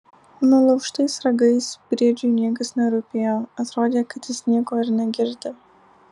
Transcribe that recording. nulaužtais ragais briedžiui niekas nerūpėjo atrodė kad jis nieko ir negirdi